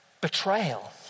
betrayal